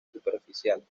superficial